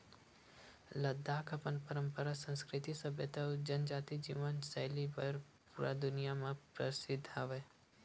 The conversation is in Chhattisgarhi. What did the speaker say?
लद्दाख अपन पंरपरा, संस्कृति, सभ्यता अउ जनजाति जीवन सैली बर पूरा दुनिया म परसिद्ध हवय